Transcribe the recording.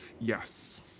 Yes